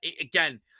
again